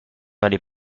allez